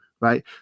right